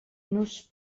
nos